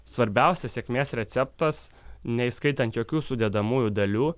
svarbiausias sėkmės receptas neįskaitant jokių sudedamųjų dalių